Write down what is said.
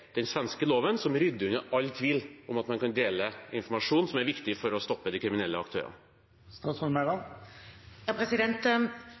den svenske loven, som rydder unna all tvil om at man kan dele informasjon som er viktig for å stoppe de kriminelle aktørene?